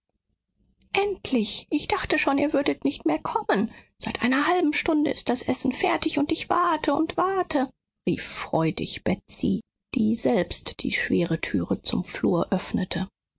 endlich ich dachte schon ihr würdet nicht mehr kommen seit einer halben stunde ist das essen fertig und ich warte und warte rief freudig betsy die selbst die schwere türe zum flur öffnete